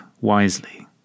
wisely